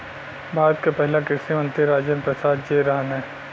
भारत के पहिला कृषि मंत्री राजेंद्र प्रसाद जी रहने